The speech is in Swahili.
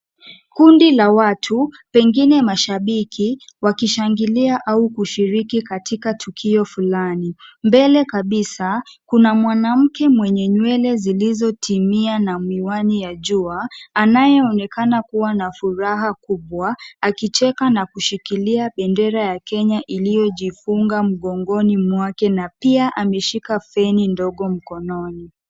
Kundi la watu pengine mashabiki wakishangilia au kushiriki katika tukio fulani. Mbele kabisa kuna mwanamke mwenye nywele zilizotimia na miwani ya jua anayeonekana kuwa na furaha kubwa akicheka na kushikilia bendera ya Kenya iliyojifunga mgongoni mwake na pia ameshika feni ndogo mkononi.